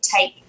take